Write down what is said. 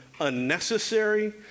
unnecessary